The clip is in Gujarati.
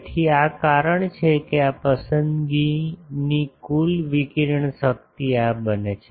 તેથી આ કારણ છે કે આ પસંદગીની કુલ વિકિરણ શક્તિ આ બને છે